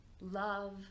Love